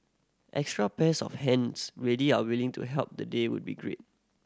extra pairs of hands ready and willing to help the day would be great